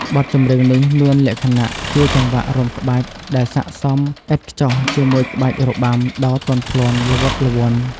បទចម្រៀងនេះមានលក្ខណៈជាចង្វាក់រាំក្បាច់ ដែលស័ក្តិសមឥតខ្ចោះជាមួយក្បាច់របាំដ៏ទន់ភ្លន់ ល្វត់ល្វន់។